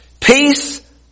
Peace